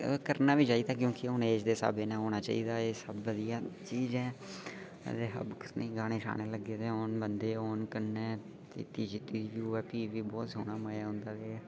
करना बी चाहिदा ऐ क्योंकि हून एज दे स्हाबें कन्नै होना बी चाहिदा ऐ एह् सब बधिया चीज ऐ गाने शाने लग्गे दे होन कोई बंदा होवे कन्नै पीती शीत्ती दी होऐ ते किन्ना सोह्ना मजा औंदा